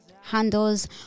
handles